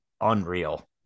unreal